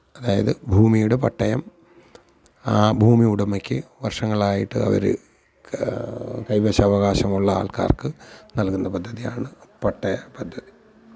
അതായത് ഭൂമിയുടെ പട്ടയം ആ ഭൂമി ഉടമയ്ക്ക് വര്ഷങ്ങളായിട്ട് അവർ കൈവശാകവകാശമുള്ള ആള്ക്കാര്ക്ക് നല്കുന്ന പദ്ധതിയാണ് പട്ടയ പദ്ധതി